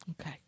okay